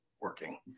working